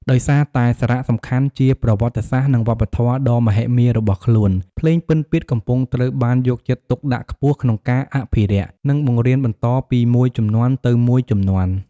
ដោយសារតែសារៈសំខាន់ជាប្រវត្តិសាស្ត្រ និងវប្បធម៌ដ៏មហិមារបស់ខ្លួន ភ្លេងពិណពាទ្យកំពុងត្រូវបានយកចិត្តទុកដាក់ខ្ពស់ក្នុងការអភិរក្ស និងបង្រៀនបន្តពីមួយជំនាន់ទៅមួយជំនាន់។